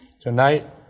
Tonight